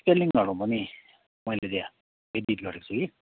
स्पेलिङहरू पनि मैले त्यहाँ एडिट गरेको छु कि